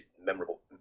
memorable